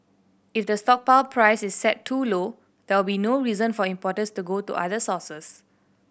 if the stockpile price is set too low there will be no reason for importers to go to other sources